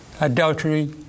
adultery